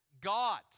God